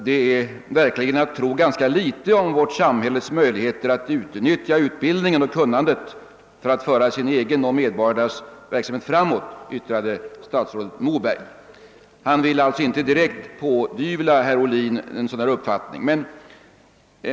Det är verkligen att tro ganska litet om vårt samhälles möjlighet att utnyttja utbildningen och kunnandet för att föra sin egen och medborgarnas verksamhet framåt, yttrade statsrådet Moberg. Han ville alltså inte direkt pådyvla herr Ohlin en sådan uppfattning.